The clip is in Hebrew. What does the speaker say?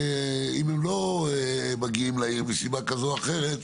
ואם הם לא מגיעים לעיר מסיבה כזו או אחרת,